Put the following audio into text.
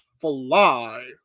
fly